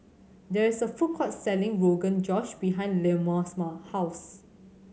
there is a food court selling Rogan Josh behind Leoma's house